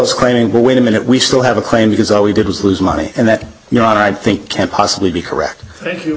claiming well wait a minute we still have a claim because all we did was lose money and that your honor i think can't possibly be correct